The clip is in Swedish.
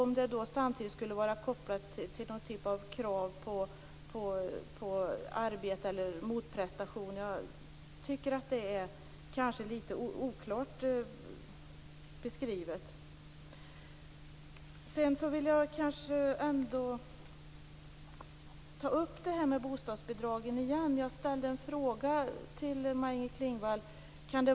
Skall det vara kopplat till någon typ av krav på arbete eller motprestation? Jag tycker att det är lite oklart beskrivet. Jag vill ändå ta upp bostadsbidragen igen. Jag ställde en fråga till Maj-Inger Klingvall.